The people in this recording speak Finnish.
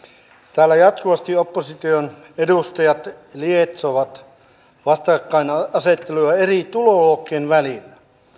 täällä jatkuvasti opposition edustajat lietsovat vastakkainasetteluja eri tuloluokkien välille